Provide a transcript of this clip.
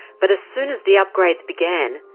but as soon as the upgrades began,